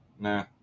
nah